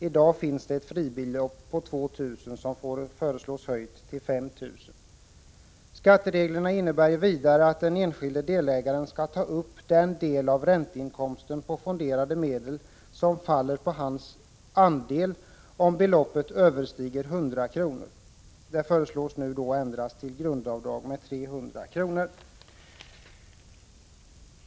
I dag finns det ett fribelopp på 2 000 kr., som föreslås höjt till 5 000 kr. Skattereglerna innebär vidare att den enskilde delägaren skall ta upp den del av ränteinkomsten på fonderade medel som faller på hans andel, om beloppet överstiger 100 kr. Det föreslås nu bli ändrat till grundavdrag på 300 kr.